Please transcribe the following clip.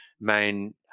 main